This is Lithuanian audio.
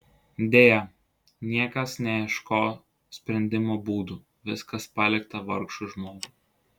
deja niekas neieško sprendimo būdų viskas palikta vargšui žmogui